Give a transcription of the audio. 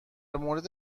مورد